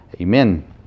Amen